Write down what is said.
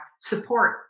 support